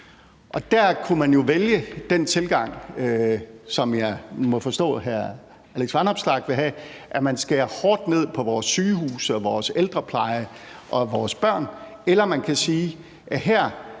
Der kunne man jo vælge den tilgang, som jeg må forstå hr. Alex Vanopslagh vil have, nemlig at man skærer hårdt ned på vores sygehuse og vores ældrepleje og vores børn – eller man kan sige, at i